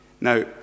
Now